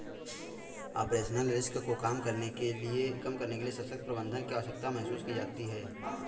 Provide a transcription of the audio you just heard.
operational risk को कम करने के लिए सशक्त प्रबंधन की आवश्यकता महसूस की जाती है